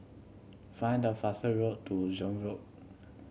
find the fastest road to Zion Road